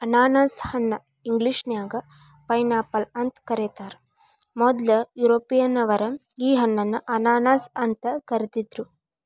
ಅನಾನಸ ಹಣ್ಣ ಇಂಗ್ಲೇಷನ್ಯಾಗ ಪೈನ್ಆಪಲ್ ಅಂತ ಕರೇತಾರ, ಮೊದ್ಲ ಯುರೋಪಿಯನ್ನರ ಈ ಹಣ್ಣನ್ನ ಅನಾನಸ್ ಅಂತ ಕರಿದಿದ್ರು